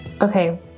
Okay